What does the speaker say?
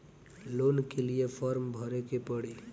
Loan के लिए form भरे के पड़ी?